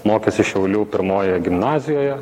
mokėsi šiaulių pirmojoje gimnazijoje